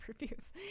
reviews